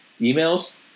emails